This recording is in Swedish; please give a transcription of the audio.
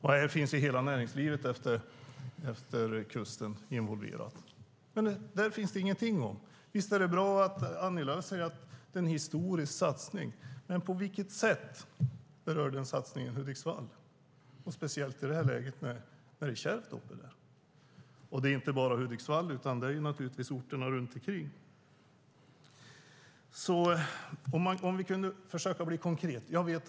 Här finns hela näringslivet efter kusten involverat. Men detta finns det ingenting om. Visst är det bra att Annie Lööf säger att det är en historisk satsning. Men på vilket sätt berör den satsningen Hudiksvall, speciellt i det här läget, när det är kärvt däruppe? Det gäller inte bara Hudiksvall, utan naturligtvis orterna runt omkring också. Det vore bra med konkreta besked.